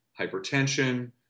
hypertension